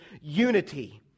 unity